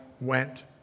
went